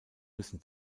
müssen